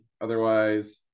otherwise